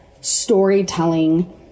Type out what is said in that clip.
storytelling